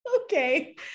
Okay